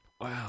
Wow